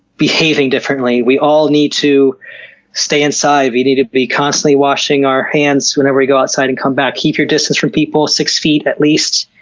behaving differently. we all need to stay inside, we need to be constantly washing our hands whenever you go outside and come back. keep your distance from people, six feet at least.